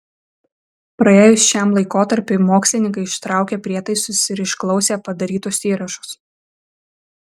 praėjus šiam laikotarpiui mokslininkai ištraukė prietaisus ir išklausė padarytus įrašus